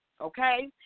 okay